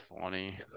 funny